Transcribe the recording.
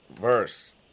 verse